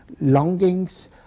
longings